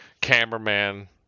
cameraman